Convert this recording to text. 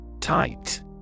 Tight